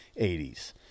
80s